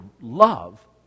love